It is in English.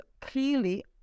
clearly